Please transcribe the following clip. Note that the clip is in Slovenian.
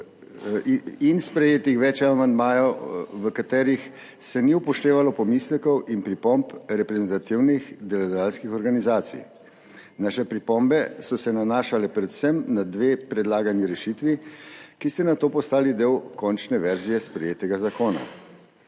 in sprejetih več amandmajev, v katerih se ni upoštevalo pomislekov in pripomb reprezentativnih delodajalskih organizacij. Naše pripombe so se nanašale predvsem na dve predlagani rešitvi, ki sta nato postali del končne verzije sprejetega zakona.